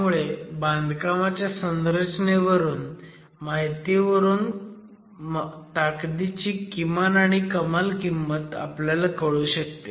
त्यामुळे बांधकामाच्या संरचनेच्या माहितीवरून ताकदीची किमान आणि कमाल किंमत कळू शकते